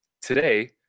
today